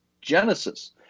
Genesis